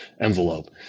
envelope